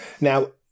Now